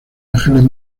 ángeles